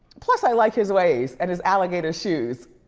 plus i like his ways, and his alligator shoes.